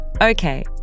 Okay